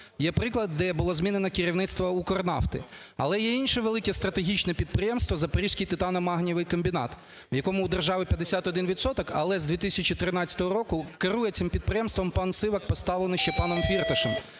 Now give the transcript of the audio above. Є приклад, де було змінено керівництво "Укрнафти". Але є й інше велике стратегічне підприємство, "Запорізький титаномагнієвий комбінат", в якому у держави 51 відсоток, але з 2013 року керує цим підприємством пан Сивак, поставлений ще паном Фірташем,